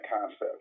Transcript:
concept